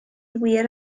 wir